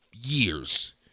years